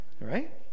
Right